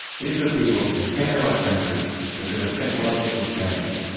these were people who came to our country because of technological change.